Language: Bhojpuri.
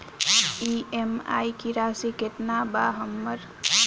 ई.एम.आई की राशि केतना बा हमर?